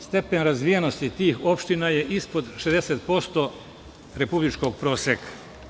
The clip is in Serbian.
Stepen razvijenosti tih opština je ispod 60% republičkog proseka.